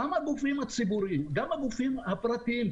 גם גופים ציבוריים וגם גופים פרטיים,